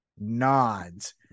Nods